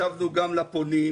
השבנו גם לפונים.